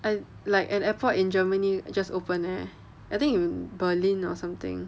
I like an airport in germany just open eh I think in berlin or something